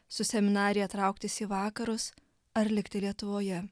su seminarija trauktis į vakarus ar likti lietuvoje